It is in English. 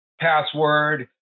password